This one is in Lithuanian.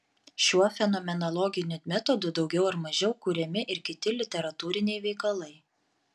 šiuo fenomenologiniu metodu daugiau ar mažiau kuriami ir kiti literatūriniai veikalai